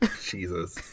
Jesus